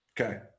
okay